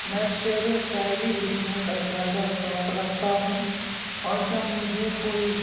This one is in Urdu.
میں شعر و شاعری لکھنے کا زیادہ شوق رکھتا ہوں اور جب مجھے کوئی